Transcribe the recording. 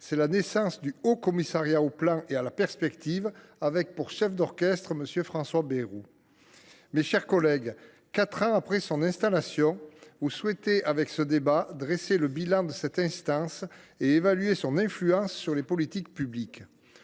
2020, la création du Haut Commissariat au plan et à la prospective, avec pour chef d’orchestre M. François Bayrou. Mes chers collègues, quatre ans après son installation, vous souhaitez, par ce débat, dresser le bilan de cette instance et évaluer son influence sur les politiques publiques.